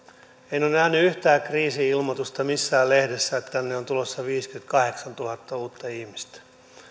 en ole nähnyt yhtään kriisi ilmoitusta missään lehdessä että tänne on tulossa viisikymmentäkahdeksantuhatta uutta ihmistä